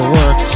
work